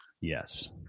Yes